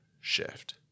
shift